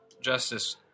justice